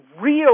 real